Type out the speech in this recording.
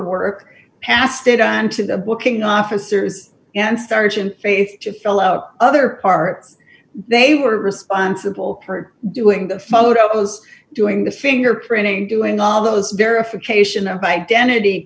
work passed it on to the booking officers and sergeants face to fill out other parts they were responsible for doing the photos doing the fingerprinting doing all those verification of identity